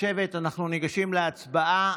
אנחנו ניגשים להצבעה.